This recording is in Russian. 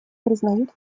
признают